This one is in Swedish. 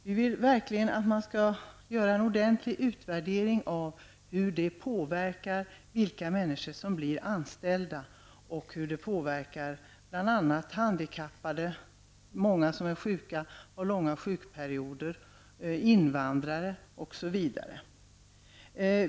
Vi vill verkligen att man skall göra en ordentlig utvärdering av hur det påverkar vilka människor som blir anställda och hur det påverkar bl.a. handikappade, personer med många och långa sjukperioder, invandrare osv.